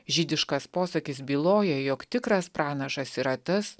žydiškas posakis byloja jog tikras pranašas yra tas